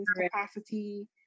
capacity